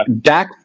Dak